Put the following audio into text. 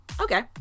Okay